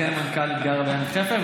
אכן המנכ"לית גרה בעמק חפר,